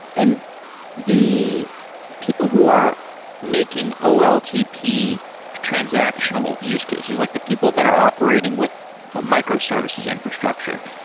and the people who are making oltp transactional use cases, like the people that are operating with a microservices infrastructure,